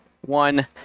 one